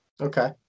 Okay